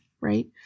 right